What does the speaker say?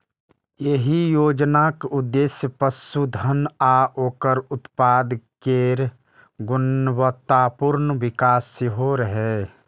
एहि योजनाक उद्देश्य पशुधन आ ओकर उत्पाद केर गुणवत्तापूर्ण विकास सेहो रहै